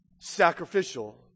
sacrificial